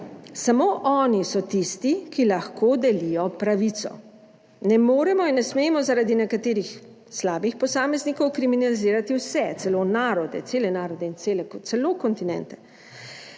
Samo oni so tisti, ki lahko delijo pravico. Ne moremo in ne smemo zaradi nekaterih slabih posameznikov kriminalizirati vse, cele narode in cele celo kontinente.